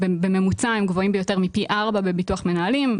בממוצע הם גבוהים ביותר מפי 4 בביטוח מנהלים.